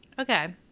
Okay